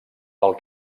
pel